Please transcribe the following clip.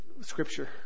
scripture